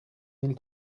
mille